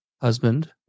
husband